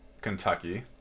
Kentucky